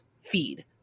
feed